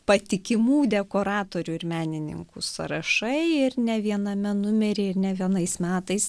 patikimų dekoratorių ir menininkų sąrašai ir ne viename numeryje ir ne vienais metais